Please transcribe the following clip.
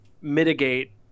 mitigate